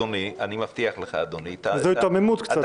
אדוני -- זאת קצת היתממות,